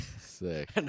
Sick